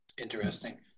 Interesting